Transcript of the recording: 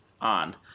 on